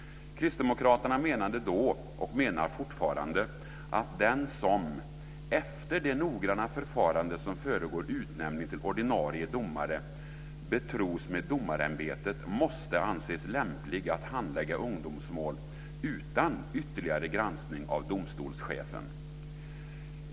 Kristdemokraterna menade då och menar fortfarande att den som, efter det noggranna förfarande som föregår utnämning till ordinarie domare, betros med domarämbetet måste anses lämplig att handlägga ungdomsmål utan ytterligare granskning av domstolschefen.